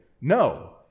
No